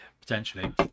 Potentially